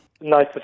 Nice